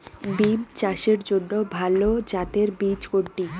বিম চাষের জন্য ভালো জাতের বীজ কোনটি?